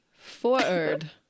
Forward